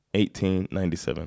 1897